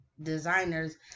designers